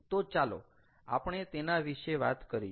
તો ચાલો આપણે તેના વિશે વાત કરીએ